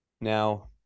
Now